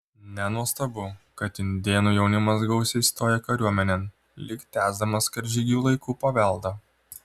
nenuostabu kad indėnų jaunimas gausiai stoja kariuomenėn lyg tęsdamas karžygių laikų paveldą